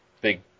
big